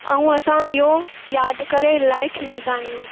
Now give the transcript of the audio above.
ऐं असां इहो यादि करे इलाही खिलंदा आहियूं